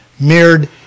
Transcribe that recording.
mirrored